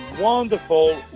wonderful